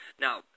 Now